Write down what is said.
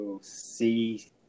see